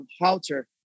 Halter